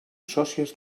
sòcies